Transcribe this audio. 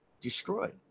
destroyed